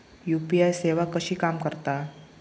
UPI सेवा कशी काम करता?